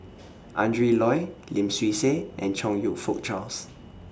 Adrin Loi Lim Swee Say and Chong YOU Fook Charles